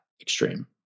extreme